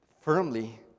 firmly